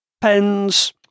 pens